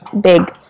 big